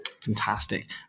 Fantastic